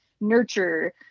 nurture